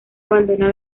abandona